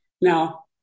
Now